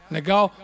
Legal